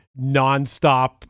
nonstop